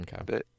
Okay